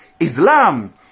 Islam